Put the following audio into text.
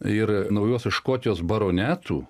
ir naujosios škotijos baronetu